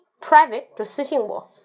Private,就私信我